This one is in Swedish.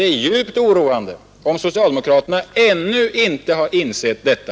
Det är djupt oroande om socialdemokraterna ännu inte har insett detta.